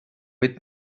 pouvez